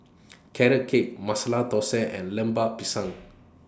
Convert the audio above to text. Carrot Cake Masala Thosai and Lemper Pisang